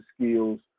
skills